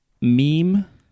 meme